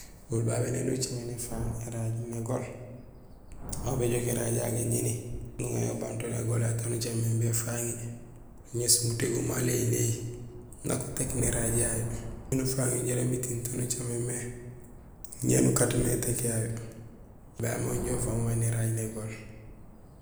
Oli babé néni ucaméné éfaaŋ éraaj négool; aw béjook éraaj yayu gaŋéni, nuŋa yo ubang to négol yayu taan ucaméén mé imbi éfaŋi, nuŋéés mutégum ma léhiléhi nak utéék naraaj yayu miin ufaaŋ yo jaraam étiiŋ taan ucaméén mé, ñé nukaat mé étéék yayu. Olibabé mé inja ufang mé éraaj négool.